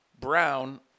Brown